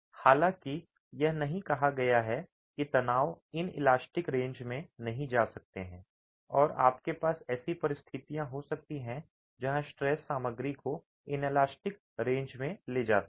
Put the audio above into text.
हालांकि यह नहीं कहा गया है कि तनाव इनैलेस्टिक रेंज में नहीं जा सकते हैं और आपके पास ऐसी परिस्थितियां हो सकती हैं जहां स्ट्रेस सामग्री को इनैलास्टिक रेंज में ले जाते हैं